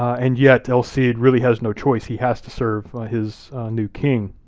and yet el cid really has no choice, he has to serve his new king,